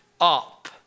up